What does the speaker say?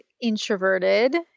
introverted